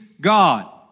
God